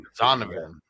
Zonovan